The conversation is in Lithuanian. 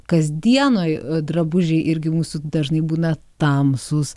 kasdienoj drabužiai irgi mūsų dažnai būna tamsūs